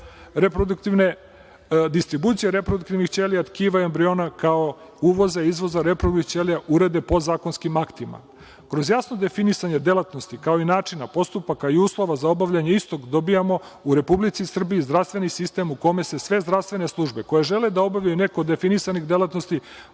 distribucije reproduktivnih ćelija tkiva i embriona, kao uvoza i izvoza reproduktivnih ćelija urede podzakonskim aktima. Kroz jasno definisanje delatnosti, kao i načina, postupaka i uslova za obavljanje istog dobijamo u Republici Srbiji zdravstveni sistem u kome se sve zdravstvene službe, koje žele da obavljaju neku od definisanih delatnosti,